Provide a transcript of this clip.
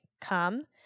come